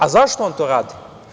A zašto on to radi?